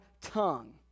tongue